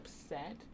upset